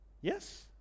Yes